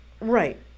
right